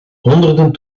honderden